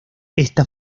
esta